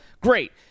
great